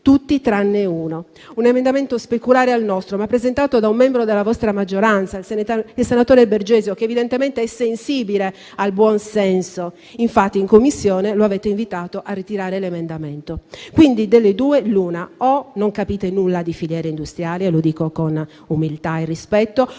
tranne uno; un emendamento speculare al nostro, ma presentato da un membro della vostra maggioranza, il senatore Bergesio, che evidentemente è sensibile al buon senso, infatti in Commissione lo avete invitato a ritirare l'emendamento. Quindi delle due l'una: o non capite nulla di filiere industriali (lo dico con umiltà e rispetto)